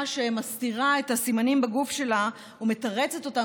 שמסתירה את הסימנים בגוף שלה ומתרצת אותם,